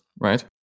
right